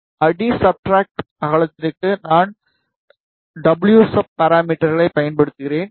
அடி சப்ஸ்ட்ரட் அகலத்திற்கு நான் wsub பாராமீட்டர்வைப் பயன்படுத்துகிறேன்